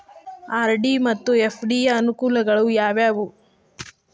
RD ಮತ್ತು FD ಯ ಅನುಕೂಲಗಳು ಯಾವವು?